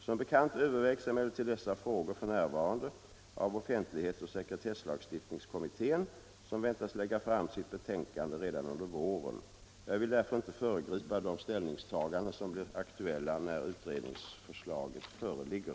Som bekant övervägs emellertid dessa frågor f. n. av offentlighetsoch sekretesslagstiftningskommittén som väntas lägga fram sitt betänkande redan under våren. Jag vill därför inte föregripa de ställningstaganden som blir aktuella när utredningsförslaget föreligger.